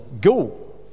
go